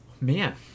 Man